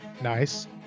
Nice